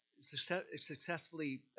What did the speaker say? successfully